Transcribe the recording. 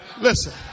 Listen